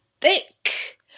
thick